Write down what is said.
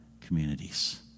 communities